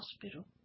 hospital